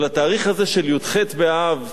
אבל התאריך הזה, י"ח באב,